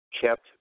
kept